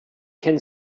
can